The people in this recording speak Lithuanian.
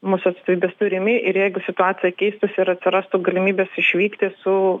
mūsų atstovybės turimi ir jeigu situacija keistųsi ir atsirastų galimybės išvykti su